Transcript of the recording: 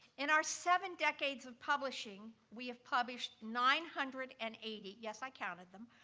in our seven decades of publishing, we have published nine hundred and eighty, yes, i counted them,